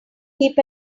keep